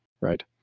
Right